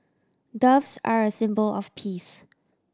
doves are a symbol of peace